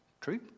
True